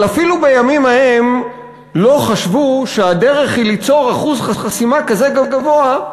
אבל אפילו בימים ההם לא חשבו שהדרך היא ליצור אחוז חסימה כזה גבוה,